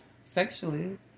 sexually